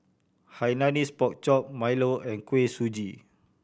Hainanese Pork Chop milo and Kuih Suji